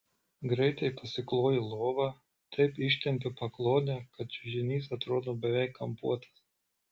greitai pasikloju lovą taip ištempiu paklodę kad čiužinys atrodo beveik kampuotas